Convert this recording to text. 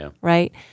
right